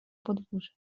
podwórze